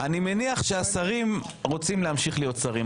אני מניח שהשרים רוצים להמשיך להיות שרים,